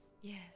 Yes